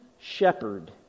shepherd